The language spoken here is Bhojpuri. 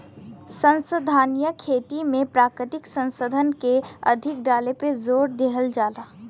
संसाधनीय खेती में प्राकृतिक संसाधन के अधिक डाले पे जोर देहल जाला